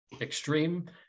extreme